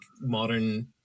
modern